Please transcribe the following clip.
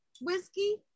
Whiskey